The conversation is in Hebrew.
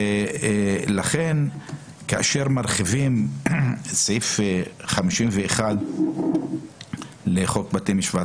לכן כאשר מרחיבים את סעיף 51 לחוק בתי המשפט